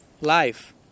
life